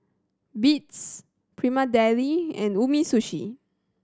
Beats Prima Deli and Umisushi